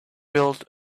built